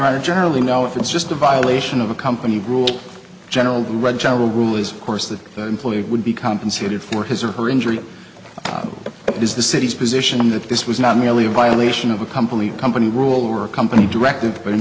are generally now if it's just a violation of a company rules general red general rule is course that the employee would be compensated for his or her injury if it is the city's position that this was not merely a violation of a company company rule or a company directive but in